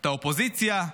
את האופוזיציה,